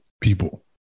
people